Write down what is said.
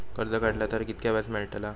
कर्ज काडला तर कीतक्या व्याज मेळतला?